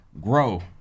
grow